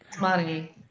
Money